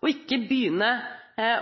og ikke begynne